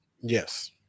Yes